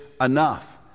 enough